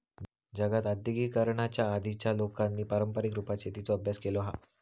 जगात आद्यिगिकीकरणाच्या आधीच्या लोकांनी पारंपारीक रुपात शेतीचो अभ्यास केलो हा